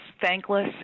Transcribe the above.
thankless